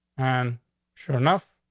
and sure enough,